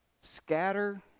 scatter